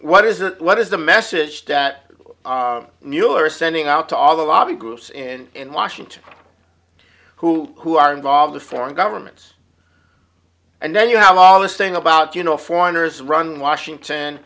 what is it what is the message that mueller is sending out to all the lobby groups and in washington who who are involved with foreign governments and then you have all this thing about you know foreigners run washington